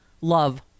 love